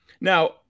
Now